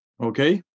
Okay